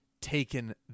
taken